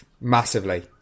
Massively